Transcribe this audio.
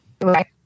Right